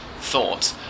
thought